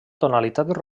tonalitat